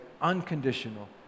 unconditional